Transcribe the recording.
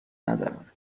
ندارم